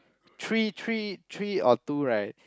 three three three or two right